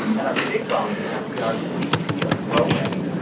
and our big boss is npr's vp of programming,